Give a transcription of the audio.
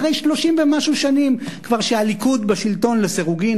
אחרי 30 ומשהו שנים כבר שהליכוד בשלטון לסירוגין,